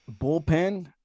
bullpen